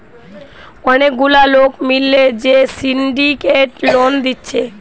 অনেক গুলা লোক মিলে যে সিন্ডিকেট লোন দিচ্ছে